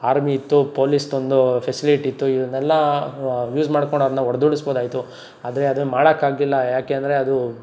army ಇತ್ತು ಪೊಲೀಸ್ದೊಂದು facility ಇತ್ತು ಇವ್ರನ್ನೆಲ್ಲ ಯೂಸ್ ಮಾಡ್ಕೊಂಡು ಅವ್ರನ್ನ ಹೊಡ್ದೋಡಿಸ್ಬೋದಾಗಿತ್ತು ಆದರೆ ಅದು ಮಾಡೋಕ್ಕಾಗ್ಲಿಲ್ಲ ಯಾಕೆ ಅಂದರೆ ಅದು